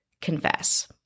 Confess